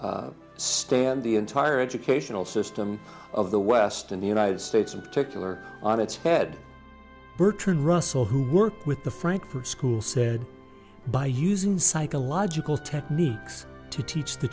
to stand the entire educational system of the west and the united states in particular on its head bertrand russell who worked with the frankfurt school said by using psychological techniques to teach the